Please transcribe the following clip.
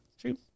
true